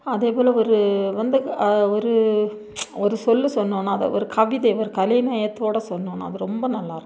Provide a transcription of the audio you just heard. அதே போல் ஒரு வந்து ஒரு ஒரு சொல் சொன்னோம்னா அத ஒரு கவிதை ஒரு கலைநயத்தோடு சொன்னோம்னா அது ரொம்ப நல்லாயிருக்கும்